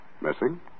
Missing